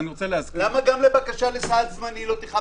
למה גם בבקשה לסעד זמני לא תיחמתם?